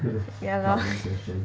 ya lor